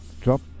drop